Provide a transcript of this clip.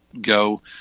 go